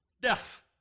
death